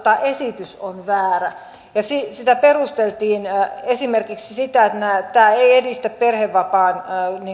esitys on väärä sitä sitä perusteltiin esimerkiksi sillä että tämä ei edistä perhevapaan